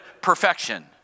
perfection